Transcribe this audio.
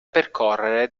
percorrere